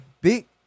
Big